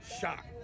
shock